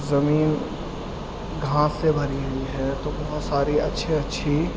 زمین گھاس سے بھری ہوئی ہے تو بہت ساری اچھی اچھی